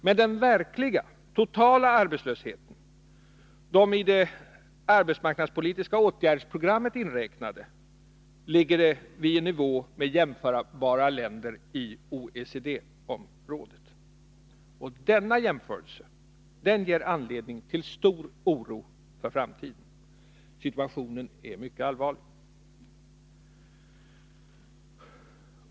Men den verkliga, totala, arbetslösheten — i vilken de i det arbetsmarknadspolitiska åtgärdsprogrammet är inräknade — ligger i nivå med arbetslösheten i jämförbara länder inom OECD-området. Denna jämförelse ger anledning till stor oro för framtiden. Situationen är verkligen allvarlig.